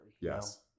Yes